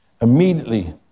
Immediately